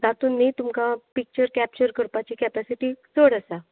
तातूंत न्ही तुमकां पिक्चर कॅप्चर करपाची कॅपॅसिटी चड आसा